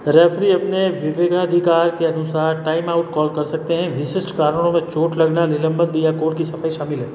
referee अपने विवेकाधिकार के अनुसार टाइमआउट कॉल कर सकते हैं विशिष्ट कारणों में चोट लगना निलंबन या कोर्ट की सफाई शामिल है